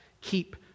keep